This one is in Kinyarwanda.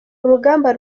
urugamba